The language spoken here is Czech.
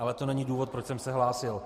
Ale to není důvod, proč jsem se hlásil.